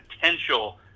potential